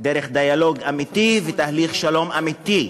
דרך דיאלוג אמיתי ותהליך שלום אמיתי.